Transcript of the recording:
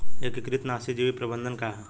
एकीकृत नाशी जीव प्रबंधन का ह?